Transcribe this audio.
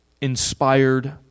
inspired